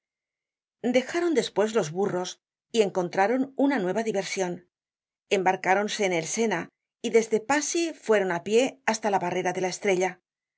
dejaron despues los burros y encontraron una nueva diversion embarcáronse en el sena y desde passy fueron á pie hasta la barrera de la estrella